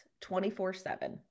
24-7